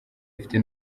ifite